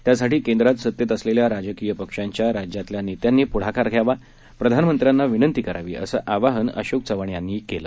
त्यासाठी केंद्रामध्ये सत्तेत असलेल्या राजकीय पक्षांच्या राज्यातल्या नेत्यांनी पुढाकार घेऊन प्रधानमंत्र्यांना विनंती करावी असं आवाहन अशोक चव्हाण यांनी यावेळी केलं